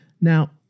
Now